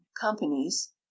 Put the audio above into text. companies